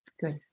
Good